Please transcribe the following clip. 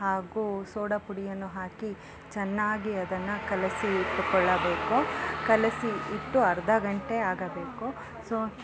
ಹಾಗೂ ಸೋಡ ಪುಡಿಯನ್ನು ಹಾಕಿ ಚೆನ್ನಾಗಿ ಅದನ್ನು ಕಲಸಿ ಇಟ್ಟುಕೊಳ್ಳಬೇಕು ಕಲಸಿ ಇಟ್ಟು ಅರ್ಧ ಗಂಟೆ ಆಗಬೇಕು ಸೊ